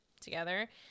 together